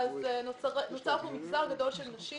נוצר כאן מגזר גדול של נשים